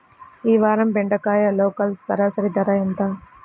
ఈ వారం బెండకాయ లోకల్ సరాసరి ధర ఎంత?